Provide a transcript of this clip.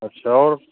अच्छा और